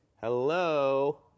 hello